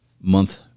month